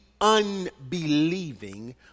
unbelieving